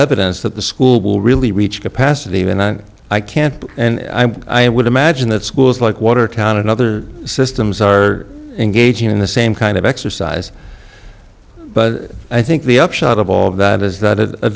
evidence that the school will really reach capacity even and i can't and i would imagine that schools like watertown and other systems are engaging in the same kind of exercise but i think the upshot of all that is that a